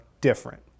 different